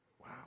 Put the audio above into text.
wow